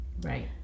Right